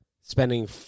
spending